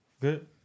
Good